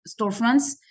storefronts